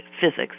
physics